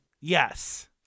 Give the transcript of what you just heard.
Yes